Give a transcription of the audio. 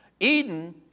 Eden